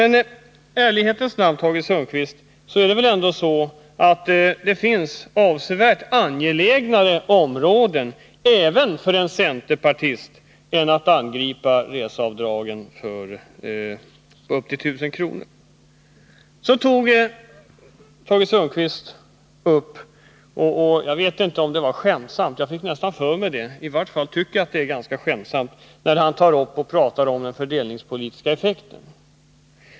Det måste väl ändå finnas avsevärt mer angelägna områden även för en centerpartist att angripa än reseavdragen upp till 1 000 kr.? Tage Sundkvist tog upp den fördelningspolitiska effekten. Jag fick nästan för mig att det var skämtsamt. I vart fall tycker jag att det kändes så.